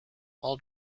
all